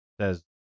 says